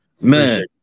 Man